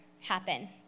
happen